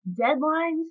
Deadlines